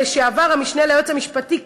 לשעבר המשנה ליועץ המשפטי,